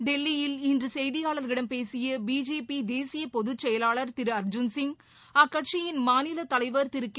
டெல்லியில் இன்று செய்தியாளர்களிடம் பேசிய பிஜேபி தேசிய பொதுச் செயலாளர் திரு அர்ஜூன் சிங் அக்கட்சியின் மாநில தலைவர் கே